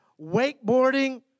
wakeboarding